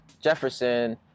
Jefferson